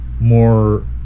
more